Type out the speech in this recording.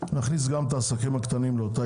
ונכניס לאותה